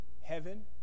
Heaven